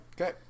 Okay